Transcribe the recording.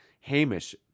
hamish